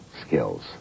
skills